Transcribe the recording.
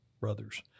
brothers